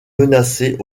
menacée